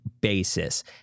basis